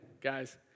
guys